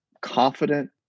confident